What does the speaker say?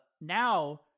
now